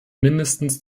mindestens